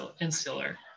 insular